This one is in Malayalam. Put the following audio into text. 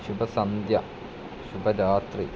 ശുഭ സന്ധ്യ ശുഭരാത്രി